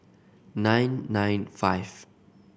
nine nine five